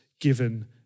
given